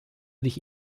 ich